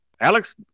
alex